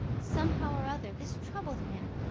somehow or other this troubled him,